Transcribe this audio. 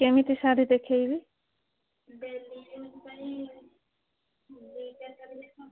କେମିତି ଶାଢ଼ୀ ଦେଖାଇବି daily use ପାଇଁ ଦୁଇଟା ଶାଢ଼ୀ ଦେଖାନ୍ତୁ